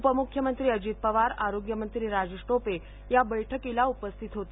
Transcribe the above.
उपमुख्यमंत्री अजित पवार आरोग्यमंत्री राजेश टोपे या बैठकीला उपस्थित होते